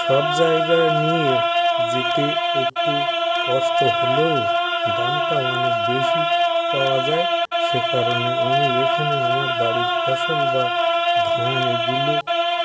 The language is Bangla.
সব জায়গা নিয়ে যেতে একটু কষ্ট হলেও দামটাও অনেক বেশি পাওয়া যায় সেকারণে আমি এখানে আমার বাড়ির ফসল বা ধান এগুলো